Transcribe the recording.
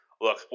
look